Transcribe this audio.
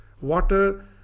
water